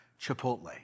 Chipotle